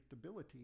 predictability